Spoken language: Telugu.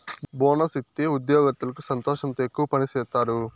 బోనస్ ఇత్తే ఉద్యోగత్తులకి సంతోషంతో ఎక్కువ పని సేత్తారు